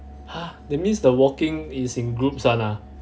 !huh! that means the walking is in groups one ah